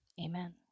Amen